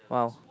!wow!